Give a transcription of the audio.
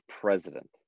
president